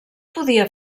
podia